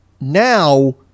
now